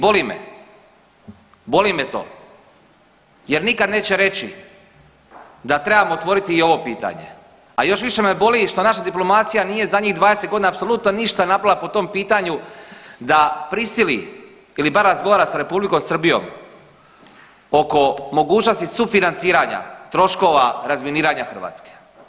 Boli me to jer nikad neće reći da trebamo otvoriti i ovo pitanje, a još više me boli što naša diplomacija nije zadnjih 20 godina apsolutno ništa napravila po tom pitanju da prisili ili bar razgovara sa R. Srbijom oko mogućnosti sufinanciranja troškova razminiranja Hrvatske.